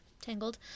Tangled